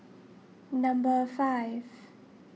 number five